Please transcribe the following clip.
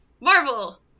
Marvel